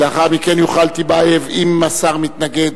לאחר מכן יוכל טיבייב, אם השר מתנגד,